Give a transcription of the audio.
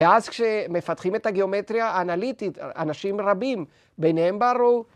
‫ואז כשמפתחים את הגיאומטריה ‫האנליטית, אנשים רבים, ביניהם ברו...